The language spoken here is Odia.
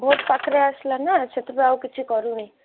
ଭୋଟ ପାଖରେ ଆସିଲା ନା ସେଥିପାଇଁ ଆଉ କିଛି କରୁନି